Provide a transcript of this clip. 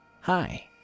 Hi